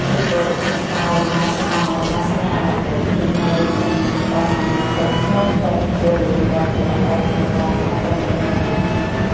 இப்போ ஆறு மாசமாக ஆறு மாசம் ஆகப் போகுது இன்னைவரைக்கும் எங்கள் அப்பாங்க அம்மாகிட்ட ஃபோன் பண்ணி கூட ஒரு வார்த்தை நல்லா இருக்கீங்களா என்ன பண்ணுறீங்க அப்படின்னு கேக்கிறதில்ல